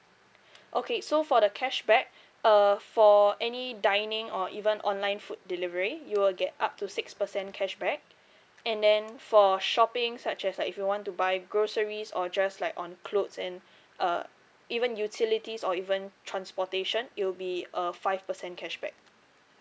okay so for the cashback uh for any dining or even online food delivery you will get up to six percent cashback and then for shopping such as like if you want to buy groceries or just like on clothes and uh even utilities or even transportation it'll be a five percent cashback